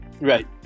Right